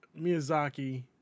Miyazaki